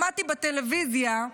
שמעתי בטלוויזיה,